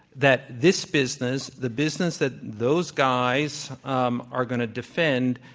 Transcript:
that this business, the business that those guys um are going to defend,